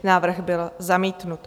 Návrh byl zamítnut.